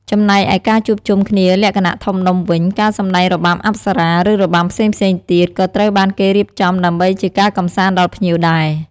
ចំណែកឯការជួបជុំគ្នាលក្ខណៈធំដុំវិញ ការសម្ដែងរបាំអប្សរា ឬ របាំផ្សេងៗទៀត ក៏ត្រូវបានគេរៀបចំដើម្បីជាការកំសាន្តដល់ភ្ញៀវដែរ។